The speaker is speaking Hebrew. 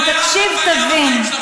אם תקשיב, תבין.